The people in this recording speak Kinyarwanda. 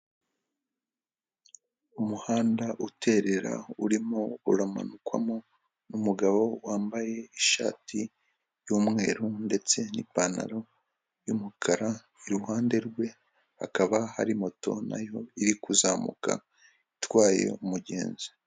Umuhanda uterera, urimo uramanukamo n'umugabo wambaye ishati y'umweru, ndetse n'ipantaro y'umukara iruhande rwe hakaba hari moto nayo iri kuzamuka itwaye umugenzi.